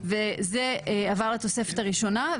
וזה עבר לתוספת הראשונה.